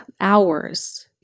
hours